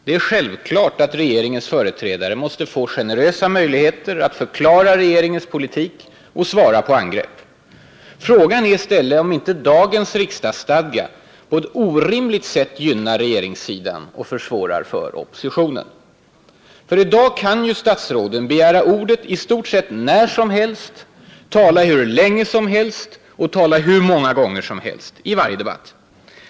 Det är självklart att regeringens företrädare måste få generösa möjligheter att förklara regeringens politik och svara på angrepp. Frågan är i stället om inte dagens riksdagsstadga på ett orimligt sätt gynnar regeringssidan och försvårar för oppositionen. I dag kan statsråden begära ordet i stort sett när som helst, tala hur länge som helst och tala hur många gånger som helst i varje debatt.